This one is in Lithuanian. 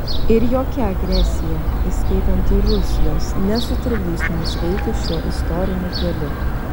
ir jokia agresija įskaitant ir rusijos nesutrukdys mums eiti šiuo istoriniu keliu